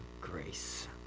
grace